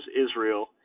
Israel